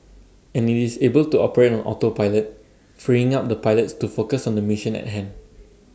and IT is able to operate on autopilot freeing up the pilots to focus on the mission at hand